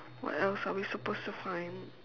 what else are we supposed to find